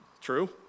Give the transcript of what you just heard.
True